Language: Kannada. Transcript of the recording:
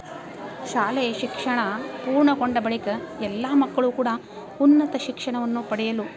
ಶಾಲೆಯ ಶಿಕ್ಷಣ ಪೂರ್ಣಗೊಂಡ ಬಳಿಕ ಎಲ್ಲ ಮಕ್ಕಳು ಕೂಡ ಉನ್ನತ ಶಿಕ್ಷಣವನ್ನು ಪಡೆಯಲು